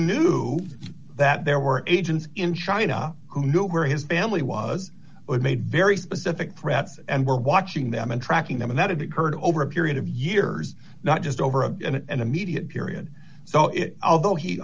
knew that there were agents in china who knew where his family was made very specific threats and were watching them and tracking them and that it occurred over a period of years not just over a and immediate period so it although he